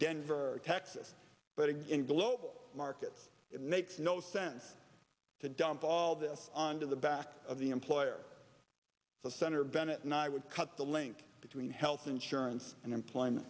denver or texas but again global markets it makes no sense to dump all this on to the back of the employer so senator bennett and i would cut the link between health insurance and employment